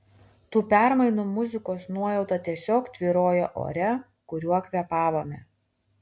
tų permainų muzikos nuojauta tiesiog tvyrojo ore kuriuo kvėpavome